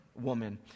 woman